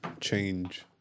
Change